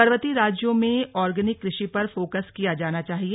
पर्वतीय राज्यों में ऑर्गेनिक कृषि पर फोकस किया जाना चाहिए